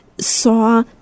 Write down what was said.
saw